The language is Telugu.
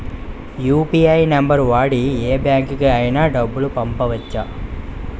యు.పి.ఐ నంబర్ వాడి యే బ్యాంకుకి అయినా డబ్బులు పంపవచ్చ్చా?